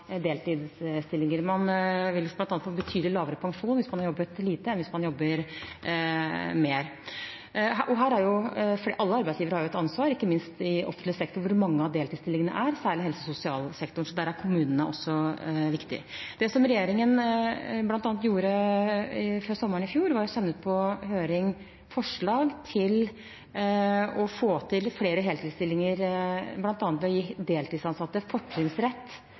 deltidsstillinger. Man vil bl.a. få betydelig lavere pensjon hvis man har jobbet lite i forhold til hvis man jobber mer. Alle arbeidsgivere har et ansvar, ikke minst i offentlig sektor, hvor mange av deltidsstillingene er, særlig i helse- og sosialsektoren. Der er kommunene også viktige. Det som regjeringen bl.a. gjorde før sommeren i fjor, var å sende ut på høring forslag for å få til flere heltidsstillinger, bl.a. ved å gi deltidsansatte fortrinnsrett